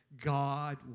God